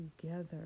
together